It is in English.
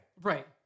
Right